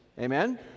amen